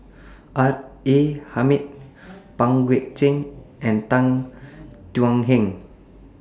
R A Hamid Pang Guek Cheng and Tan Thuan Heng